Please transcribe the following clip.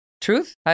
Truth